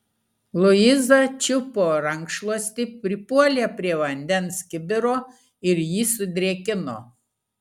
luiza čiupo rankšluostį pripuolė prie vandens kibiro ir jį sudrėkino